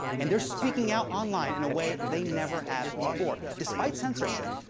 and they're speaking out online in a way they never have before. despite censorship,